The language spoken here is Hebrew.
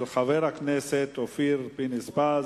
הצעה לסדר-היום של חבר הכנסת אופיר פינס-פז,